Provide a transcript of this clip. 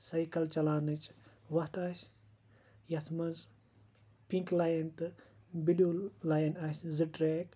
cycle چلاونٕچ وَتھ آسہِ یَتھ منٛز پِنٛک لایِن تہٕ بِلِیُو لایِن آسہِ زٕ ٹریک